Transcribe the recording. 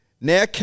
Now